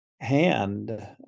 hand